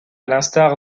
l’instar